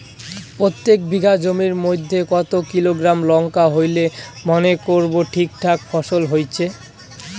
প্রত্যেক বিঘা জমির মইধ্যে কতো কিলোগ্রাম লঙ্কা হইলে মনে করব ঠিকঠাক ফলন হইছে?